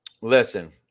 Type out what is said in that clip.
listen